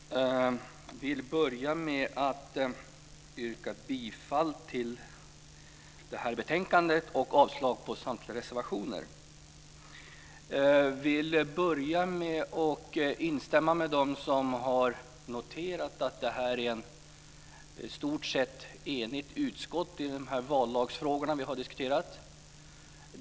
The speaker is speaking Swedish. Fru talman! Jag vill börja med att yrka bifall till utskottets förslag i det här betänkandet och avslag på samtliga reservationer. Jag instämmer med dem som har noterat att utskottet i stort sett är enigt i de vallagsfrågor vi har diskuterat.